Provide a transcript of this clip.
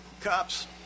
Cops